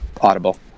audible